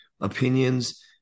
opinions